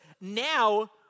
now